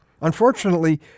Unfortunately